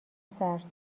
سرد